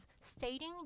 stating